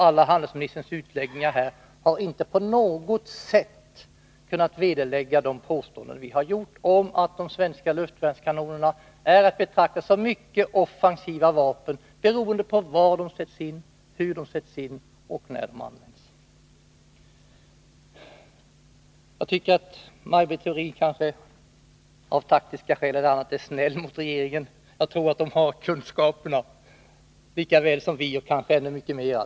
Alla handelsministerns utläggningar har inte på något sätt kunnat vederlägga de påståenden som vi gjort om att de svenska luftvärnskanonerna är att betrakta som offensiva vapen beroende på var de sätts in, hur de sätts in och när man använder dem. Jag tycker att Maj Britt Theorin, kanske av taktiska skäl e. d., är snäll mot regeringen. Jag tror att regeringen har kunskaperna lika väl som vi, och kanske i ännu större utsträckning.